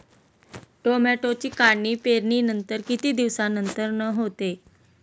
टोमॅटोची काढणी पेरणीनंतर किती दिवसांनंतर होते?